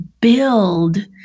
build